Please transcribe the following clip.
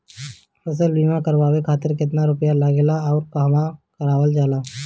फसल बीमा करावे खातिर केतना रुपया लागेला अउर कहवा करावल जाला?